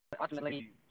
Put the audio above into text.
ultimately